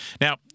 Now